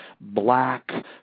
black